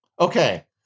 Okay